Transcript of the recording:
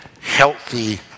healthy